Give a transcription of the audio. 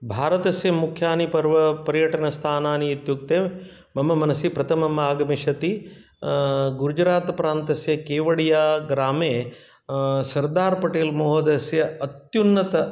भारतस्य मुख्यानि पर्व पर्यटनस्थानानि इत्युक्ते मम मनसि प्रथमम् आगमिष्यति गुजरात् प्रान्तस्य केवोडिया ग्रामे सर्दार् पटेल् महोदयस्य अत्युन्नत